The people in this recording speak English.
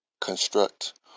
construct